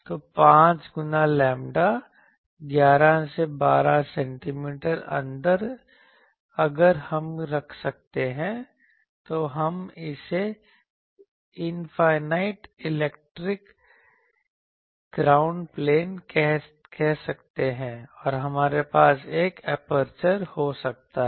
तो 5 गुना lambda 11 12 cm अंदर अगर हम रखते हैं तो हम इसे इनफाइनाइट इलेक्ट्रिक ग्राउंड प्लेन कह सकते हैं और हमारे पास एक एपर्चर हो सकता है